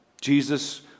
Jesus